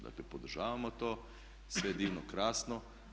Dakle, podržavamo to, sve divno, krasno.